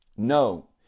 No